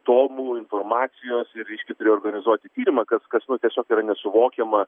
tomų informacijos ir reiškia turėjo organizuoti tyrimą kas kas nu tiesiog yra nesuvokiama